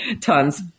tons